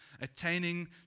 attaining